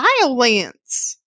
violence